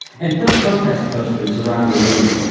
and put protest posters around the room.